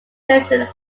clifton